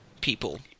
people